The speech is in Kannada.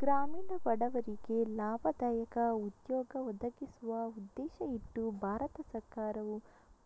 ಗ್ರಾಮೀಣ ಬಡವರಿಗೆ ಲಾಭದಾಯಕ ಉದ್ಯೋಗ ಒದಗಿಸುವ ಉದ್ದೇಶ ಇಟ್ಟು ಭಾರತ ಸರ್ಕಾರವು